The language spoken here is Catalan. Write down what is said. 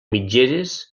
mitgeres